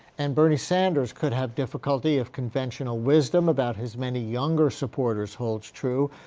and bernie sanders could have difficulty if conventional wisdom about his many younger supporters holds true.